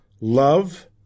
love